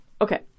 Okay